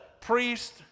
priest